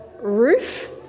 roof